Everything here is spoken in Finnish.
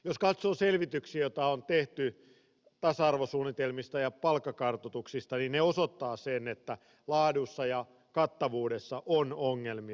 jos katsoo selvityksiä joita on tehty tasa arvosuunnitelmista ja palkkakartoituksista niin ne osoittavat sen että laadussa ja kattavuudessa on ongelmia